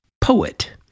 poet